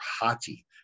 Hati